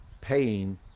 paying